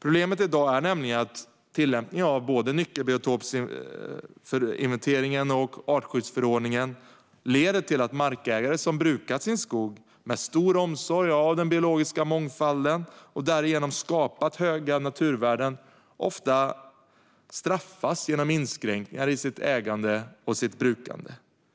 Problemet i dag är nämligen att tillämpningen av både nyckelbiotopsinventeringen och artskyddsförordningen leder till att markägare som brukat sin skog med stor omsorg om den biologiska mångfalden och därigenom skapat höga naturvärden ofta straffas genom inskränkningar i sitt ägande och sitt brukande.